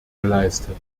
geleistet